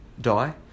die